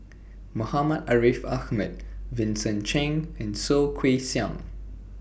Muhammad Ariff Ahmad Vincent Cheng and Soh Kay Siang